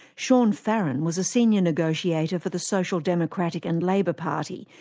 sean farren was a senior negotiator for the social democratic and labour party,